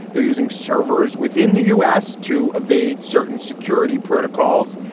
they're using servers within the u s. to evade certain security protocols.